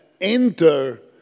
enter